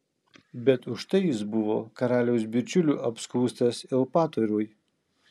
bet už tai jis buvo karaliaus bičiulių apskųstas eupatorui